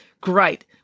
Great